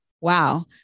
Wow